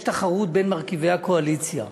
יש תחרות בין מרכיבי הקואליציה,